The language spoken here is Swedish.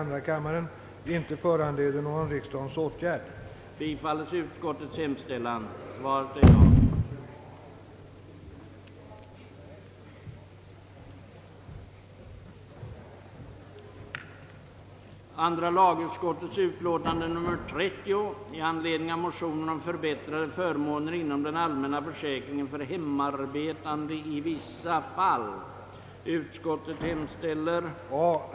Ni tycker ju inte detsamma som syndikalisterna. Den person har kommit in i en återvändsgränd som resonerar på det sättet: De skall ha frihet som tycker detsamma som jag själv!